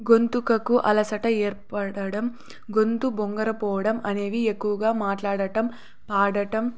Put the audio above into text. గొంతుకు అలసట ఏర్పడడం గొంతు బొంగరు పోవడం అనేవి ఎక్కువగా మాట్లాడటం పాడటం